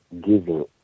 giving